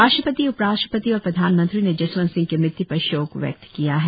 राष्ट्रपति उपराष्ट्रपति और प्रधानमंत्री ने जसवंत सिंह की मृत्य् पर शोक व्यक्त किया है